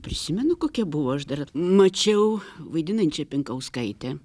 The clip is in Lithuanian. prisimenu kokie buvo aš dar mačiau vaidinančią pinkauskaitę